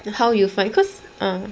then how you find because uh